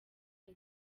nke